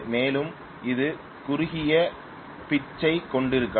மேலும் இது குறுகிய பிட்ச் ஐக் கொண்டிருக்கலாம்